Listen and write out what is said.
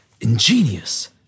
Ingenious